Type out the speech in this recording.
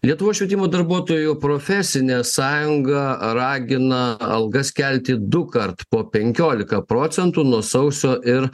lietuvos švietimo darbuotojų profesinė sąjunga ragina algas kelti dukart po penkiolika procentų nuo sausio ir